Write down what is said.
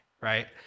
right